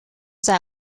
zijn